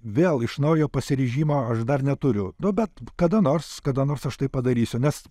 vėl iš naujo pasiryžimo aš dar neturiu nu bet kada nors kada nors aš taip padarysiu nes